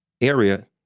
area